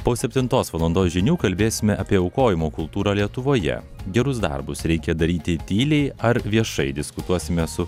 po septintos valandos žinių kalbėsime apie aukojimo kultūrą lietuvoje gerus darbus reikia daryti tyliai ar viešai diskutuosime su